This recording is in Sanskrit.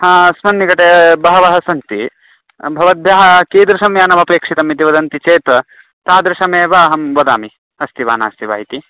हा अस्मन्निकटे अ बहवः सन्ति भवद्भ्यः कीदृशं यानं अपेक्षितम् इति वदन्ति चेत् तादृशमेव अहं वदामि अस्ति वा नास्ति वा इति